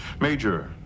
Major